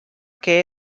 que